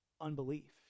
unbelief